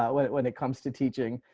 when it when it comes to teaching